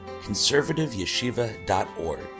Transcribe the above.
conservativeyeshiva.org